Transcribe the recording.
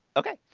okay.